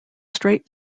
straight